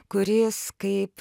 kuris kaip